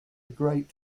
great